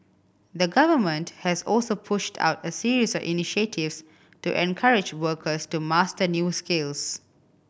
the Government has also pushed out a series of initiatives to encourage workers to master new skills